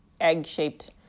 egg-shaped